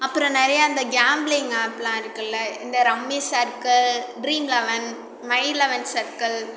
அப்புறம் நிறையா அந்த கிளாம்பிளிங் ஆப்லாம் இருக்குல்ல இந்த rummy circle dream eleven my eleven circle